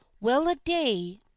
well-a-day